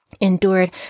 endured